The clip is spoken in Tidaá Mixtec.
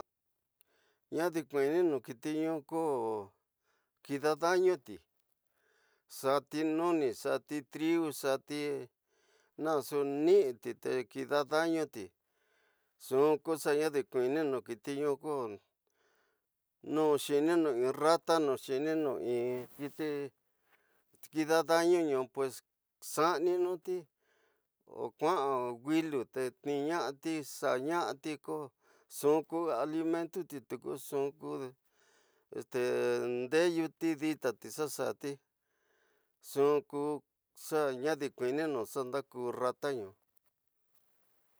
Ñadi kuininu kiti ñu ko kida danoti, xati nuni, xati eriu, xati naxu niisti te ñida danoti, nxu ku xa ñadi kuininu kiti ñu ko ñu xininu in rata, nu xininu in kiti kida dani ñu pues xaaninuti o kua gullo te tminasti ko nxu tu alimentuti, tuku nxu ku ndeyuti, ditati xa xa'ati nxu ku xañadi kuininu xa ku rata ñu